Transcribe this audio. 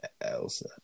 Elsa